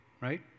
Right